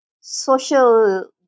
social